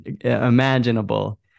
imaginable